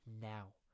Now